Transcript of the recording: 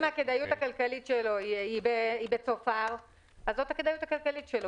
אם הכדאיות הכלכלית שלה היא בצופר אז זאת הכדאיות הכלכלית שלה,